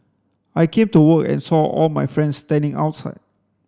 I came to work and saw all my friends standing outside